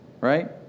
right